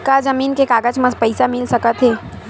का जमीन के कागज म पईसा मिल सकत हे?